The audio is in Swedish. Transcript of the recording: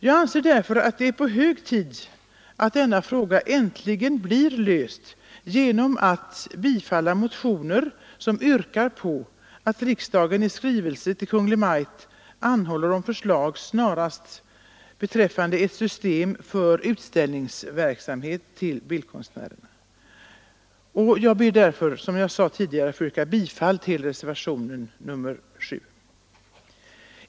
Jag anser därför att det är hög tid att denna fråga äntligen blir löst genom bifall till motioner, där det yrkas att riksdagen i skrivelse till Kungl. Maj:t anhåller om förslag snarast beträffande ett system för utställningsersättning till bildkonstnärerna. Jag ber därför, som jag sade tidigare, att få yrka bifall till reservationen 7.